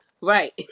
Right